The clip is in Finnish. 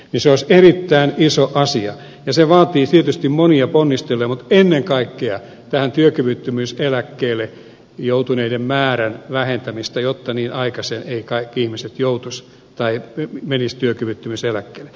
se olisi erittäin iso asia ja se vaatii tietysti monia ponnisteluja mutta ennen kaikkea työkyvyttömyyseläkkeelle joutuneiden määrän vähentämistä jotta niin aikaisin eivät kaikki ihmiset menisi työkyvyttömyyseläkkeelle